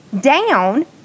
down